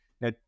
Now